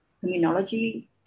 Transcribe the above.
terminology